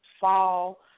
fall